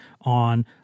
on